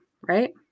right